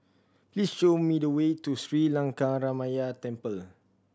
please show me the way to Sri Lankaramaya Temple